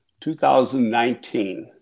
2019